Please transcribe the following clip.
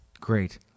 great